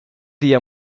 día